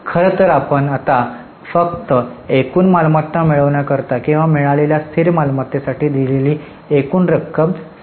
खरं तर आता आपण फक्त एकूण मालमत्ता मिळवण्याकरता किंवा मिळालेल्या स्थिर मालमत्तेसाठी दिलेली एकूण रक्कम संबंधित आहोत